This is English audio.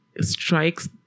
strikes